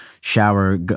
shower